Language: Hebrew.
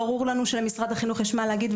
ברור לנו שלמשרד החינוך יש מה להגיד,